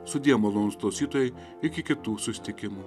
sudie malonūs klausytojai iki kitų susitikimų